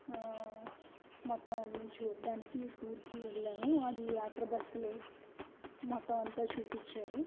మొత్తం అన్ని చూడడానికి టూర్కి వెళ్ళాము అది యాత్ర బస్సు మొత్తం అంతా చూపించారు